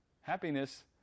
happiness